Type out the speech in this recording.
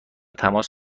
تماس